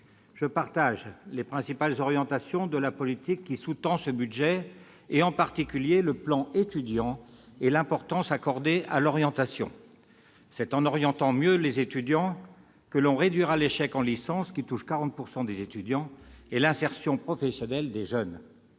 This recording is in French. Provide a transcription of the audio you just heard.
Je partage les principales orientations de la politique sous-tendant ce budget, en particulier, le plan Étudiants et l'importance accordée à l'orientation- c'est en orientant mieux les étudiants que l'on réduira l'échec en licence, qui touche 40 % d'entre eux -, ainsi que l'insertion professionnelle des jeunes.